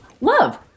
love